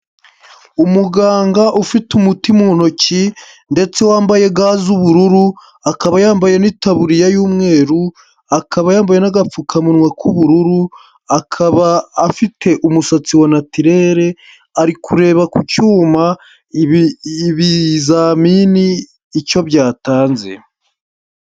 Umuganga ufite umuti mu ntoki ndetse wambaye ga z'ubururu, akaba yambaye n'itaburiya y'umweru, akaba yambaye n'agapfukamunwa k'ubururu, akaba afite umusatsi wa natirere ari kureba ku cyuma ibizamini icyo byatanze.